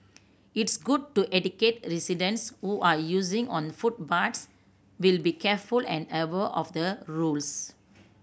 it's good to educate residents who are using on footpaths will be careful and of the rules